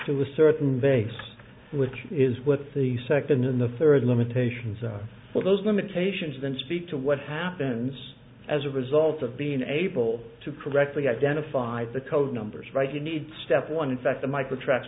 to a certain base which is what the second in the third limitations are all those limitations then speak to what happens as a result of being able to correctly identify the code numbers right you need step one in fact the micro tracks